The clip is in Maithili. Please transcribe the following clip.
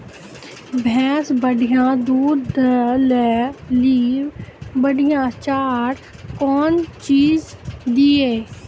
भैंस बढ़िया दूध दऽ ले ली बढ़िया चार कौन चीज दिए?